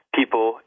people